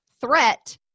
threat